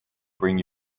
bring